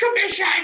commission